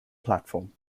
platform